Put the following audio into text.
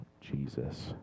Jesus